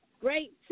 Great